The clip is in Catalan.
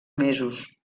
mesos